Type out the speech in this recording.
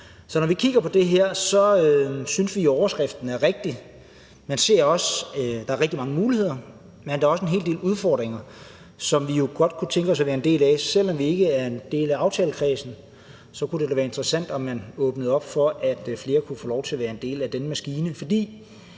Så når vi kigger på det her, synes vi, at overskriften er rigtig. Man ser også, at der er rigtig mange muligheder, men der er også en hel del udfordringer, som vi jo godt kunne tænke os at være en del af at løse. Selv om vi ikke er en del af aftalekredsen, kunne det da være interessant, hvis man åbnede op for, at flere kunne få lov til at være en del af den maskine. For